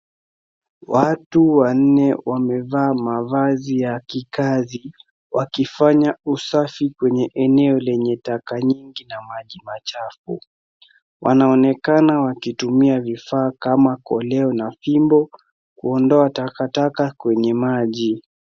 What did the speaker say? Watu wanne wamevaa mavazi ya kikazi wakifanya usafi kwenye eneo lenye taka nyingi na maji machafu. Wanaonekana wakitumia vifaa kama koleo na fimbo kuondoa takataka kwenye maji.